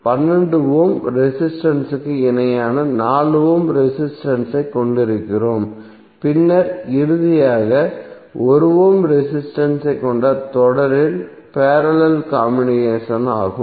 12 ohm resistance ற்கு இணையாக 4 ohm resistance ஐக் கொண்டிருக்கிறோம் பின்னர் இறுதியாக 1 ஓம் ரெசிஸ்டன்ஸ் ஐக் கொண்ட தொடரில் பேரலல் காம்பினேஷன் ஆகும்